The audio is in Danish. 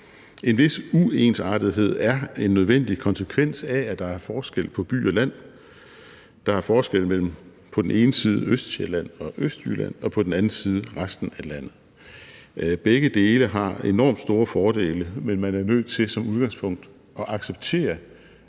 En vis uensartethed er en nødvendig konsekvens af, at der er forskel på by og land. Der er forskel mellem på den side Østsjælland og Østjylland og på den anden side resten af landet. Begge dele har enormt store fordele, men man er nødt til som udgangspunkt at acceptere,